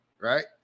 right